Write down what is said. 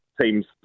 teams